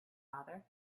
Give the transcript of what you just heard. father